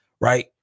right